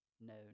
No